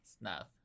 Snuff